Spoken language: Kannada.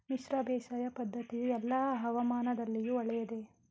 ಮಿಶ್ರ ಬೇಸಾಯ ಪದ್ದತಿಯು ಎಲ್ಲಾ ಹವಾಮಾನದಲ್ಲಿಯೂ ಒಳ್ಳೆಯದೇ?